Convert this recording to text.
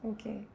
Okay